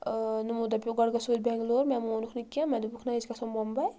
یِمو دپیو گۄڈٕ گژھو أسۍ بٮ۪نگلور مےٚ مونُکھ نہٕ کینٛہہ مےٚ دوپُکھ نہ أسۍ گژھو ممبے